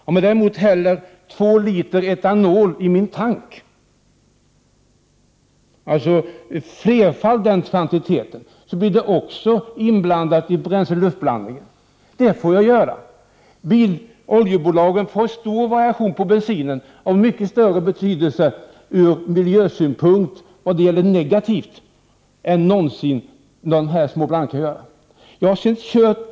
Om jag däremot häller två liter etanol i min tank, alltså flerfalt den kvantitet som gäller för behållaren, blir det också inblandat i bränsle— luft-blandningen. Det får jag göra. Oljebolagen får ha stora variationer på bensinen, av mycket större negativ betydelse ur miljösynpunkt än någonsin de här små blandningarna kan ha.